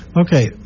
Okay